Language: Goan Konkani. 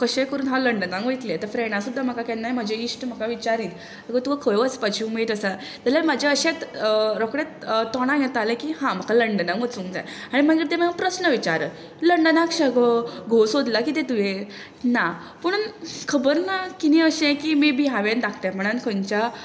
कशेंय करून हांव लंडनाक वयतलें आतां फ्रेडां सुद्दां म्हाका केन्नाय म्हजे इश्ट म्हाका विचारी आगो तुका खंय वचपाची उमेद आसा जाल्यार म्हजें अशेंच रोकडेंच तोंडाक येतालें की हां म्हाका लंडनाक वचूंक जाय मागीर ते म्हाका प्रस्न विचारी लंडनाक शें गो घोव सोदला कितें तुवें ना पूण खबर ना कितें अशें पूण मे बी हांवें दाकटेपणान खंयच्या